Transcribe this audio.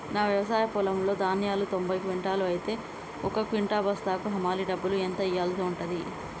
నా వ్యవసాయ పొలంలో ధాన్యాలు తొంభై క్వింటాలు అయితే ఒక క్వింటా బస్తాకు హమాలీ డబ్బులు ఎంత ఇయ్యాల్సి ఉంటది?